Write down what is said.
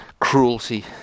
cruelty